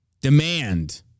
demand